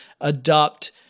adopt